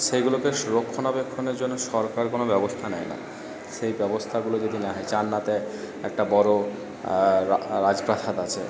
সেইগুলোকে রক্ষণাবেক্ষণের জন্য সরকার কোনও ব্যবস্থা নেয় না সেই ব্যবস্থাগুলো যদি নেওয়া হয় চান্নাতে একটা বড়ো রাজপ্রাসাদ আছে